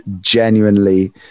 genuinely